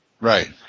Right